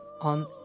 on